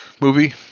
movie